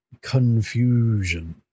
confusion